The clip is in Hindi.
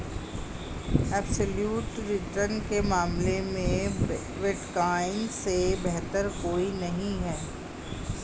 एब्सोल्यूट रिटर्न के मामले में बिटकॉइन से बेहतर कोई नहीं है